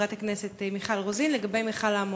חברת הכנסת מיכל רוזין לגבי מכל האמוניה.